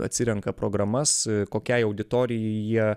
atsirenka programas kokiai auditorijai jie